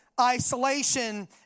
isolation